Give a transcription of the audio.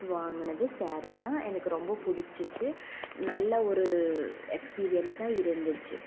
வாங்கினது ஸாரீ தான் எனக்கு ரொம்ப பிடிச்சுச்சி நல்ல ஒரு எக்ஸ்பீரியன்ஸாக இருந்துச்சு